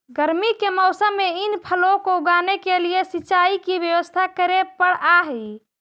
गर्मी के मौसम में इन फलों को उगाने के लिए सिंचाई की व्यवस्था करे पड़अ हई